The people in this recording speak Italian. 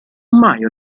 mai